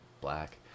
black